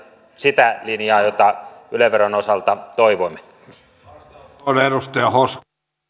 sitä linjaa jota yle veron osalta toivoimme